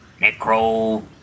Necro